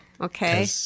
okay